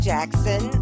Jackson